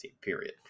period